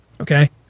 Okay